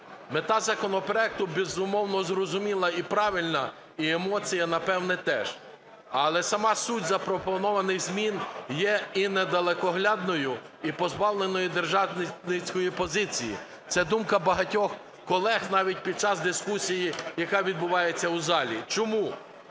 Мета законопроекту, безумовно, зрозуміла і правильна, і емоція, напевне, теж. Але сама суть, запропонованих змін, є і недалекоглядною, і позбавленою державницької позиції. Це думка багатьох колег навіть під час дискусії, яка відбувається у залі. Чому?